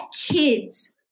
kids